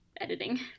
editing